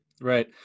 right